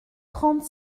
trente